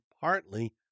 partly